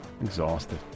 Exhausted